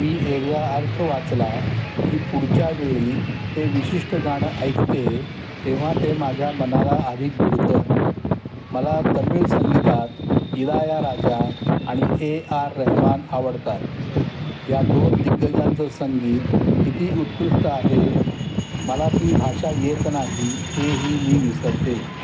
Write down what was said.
मी एकदा अर्थ वाचला की पुढच्या वेळी ते विशिष्ट गाणं ऐकते तेव्हा ते माझ्या मनाला अधिक भिडतं मला तमिळ संगीतात इलाया राजा आणि ए आर रेहमान आवडतात या दोन दिग्गजांचं संगीत किती उत्कृष्ट आहे मला ती भाषा येत नाही हे ही मी विसरते